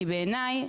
כי בעיני,